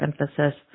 emphasis